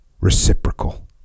reciprocal